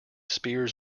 spears